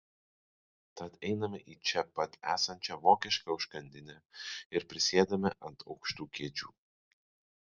tad einame į čia pat esančią vokišką užkandinę ir prisėdame ant aukštų kėdžių